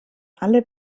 alle